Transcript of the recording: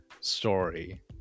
story